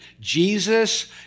Jesus